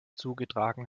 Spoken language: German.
zugetragen